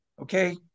Okay